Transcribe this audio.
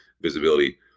visibility